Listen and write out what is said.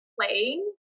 playing